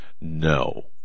No